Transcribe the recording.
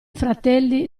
fratelli